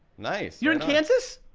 nice. you're in kansas?